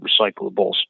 recyclables